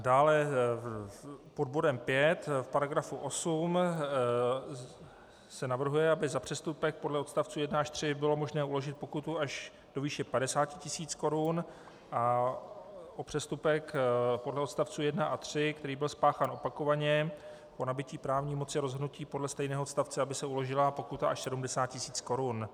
Dále pod bodem 5 v § 8 se navrhuje, aby za přestupek podle odstavců 1 až 3 bylo možné uložit pokutu až do výše 50 tisíc korun a za přestupek podle odstavců 1 a 3, který byl spáchán opakovaně po nabytí právní moci rozhodnutí podle stejného odstavce, aby se uložila pokuta až 70 tisíc korun.